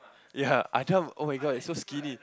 ya I tell oh-my-god is so skinny